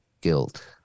guilt